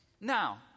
Now